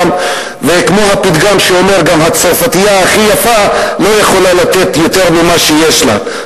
כמו הפתגם שאומר שגם הצרפתייה הכי יפה לא יכולה לתת יותר ממה שיש לה,